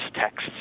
texts